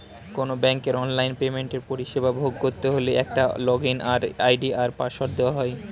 কোনো ব্যাংকের অনলাইন পেমেন্টের পরিষেবা ভোগ করতে হলে একটা লগইন আই.ডি আর পাসওয়ার্ড দেওয়া হয়